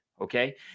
Okay